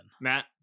Matt